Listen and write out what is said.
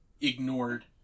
ignored